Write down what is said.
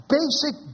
basic